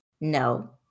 No